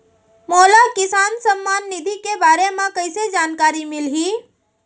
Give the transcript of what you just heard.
मोला किसान सम्मान निधि के बारे म कइसे जानकारी मिलही?